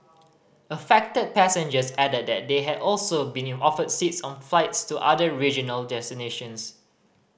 affected passengers added that they had also been offered seats on flights to other regional destinations